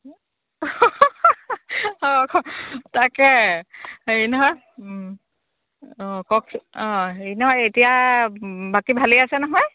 তাকে হেৰি নহয় অঁ কওকচোন অঁ হেৰি নহয় এতিয়া বাকী ভালেই আছে নহয়